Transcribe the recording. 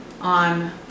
on